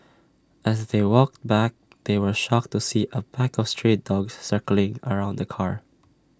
as they walked back they were shocked to see A pack of stray dogs circling around the car